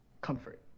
Comfort